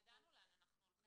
ידענו לאן אנחנו הולכים.